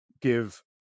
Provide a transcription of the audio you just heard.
give